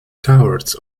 cowards